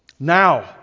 Now